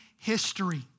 history